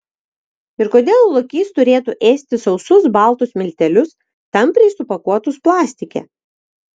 ir kodėl lokys turėtų ėsti sausus baltus miltelius tampriai supakuotus plastike